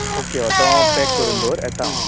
okay हो तो हांव पॅक करून दवर येतां हांव